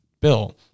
bill